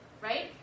right